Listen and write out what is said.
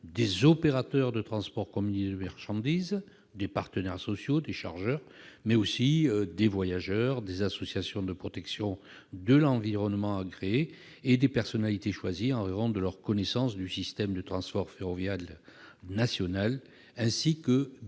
des opérateurs de transport combiné de marchandises, des partenaires sociaux, des chargeurs, des voyageurs, des associations de protection de l'environnement agréées, des personnalités choisies en raison de leur connaissance du système de transport ferroviaire national, ainsi que deux